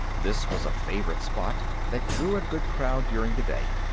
this was a favorite spot that drew a good crowd during the day.